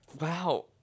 wow